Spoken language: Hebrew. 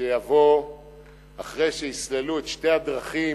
שיבוא אחרי שיסללו את שתי הדרכים,